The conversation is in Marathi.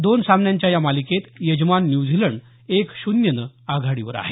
दोन सामन्यांच्या या मालिकेत यजमान न्युझीलंड एक शुन्यनं आघाडीवर आहे